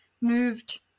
moved